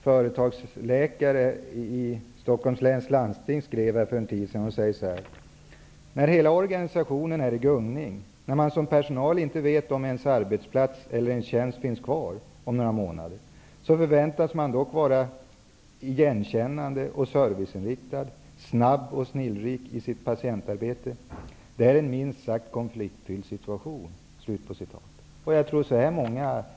Företagsläkaren vid Stockholms läns landsting skrev för en tid sedan: När hela organisationen är i gungning, när man som personal inte vet om ens arbetsplats eller tjänst finns kvar om några månader, förväntas man dock vara igenkännande och serviceinriktad, snabb och snillrik i sitt patientarbete. Det är en minst sagt konfliktfylld situation. Jag tror att det är så för många.